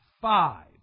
five